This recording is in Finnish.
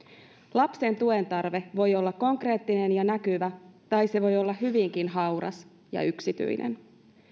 lapsen tuen tarve voi olla konkreettinen ja näkyvä tai se voi olla hyvinkin hauras ja yksityinen